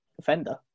defender